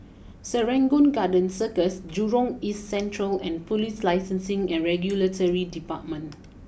Serangoon Garden Circus Jurong East Central and police Licensing and Regulatory Department